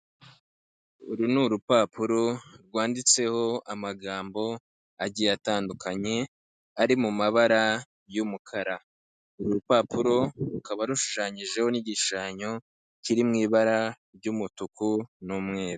Uru ni urupapuro rwanditseho amagambo agiye atandukanye, ari mu mabara y'umukara. Uru rupapuro rukaba rushushanyijeho n'igishushanyo kiri mu ibara ry'umutuku n'umweru.